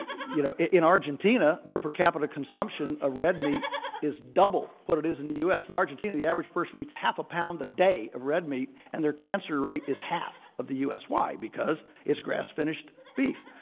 you know, in argentina, their per capita consumption of ah red meat is double what it is in the u. s. in argentina, the average person eats half a pound a day of red meat, and their cancer rate is half of the u. s. why? because it's grass-finished beef.